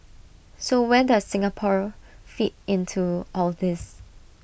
so where does Singapore fit into all this